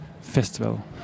festival